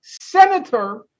senator